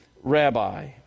rabbi